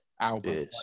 album